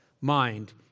mind